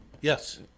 Yes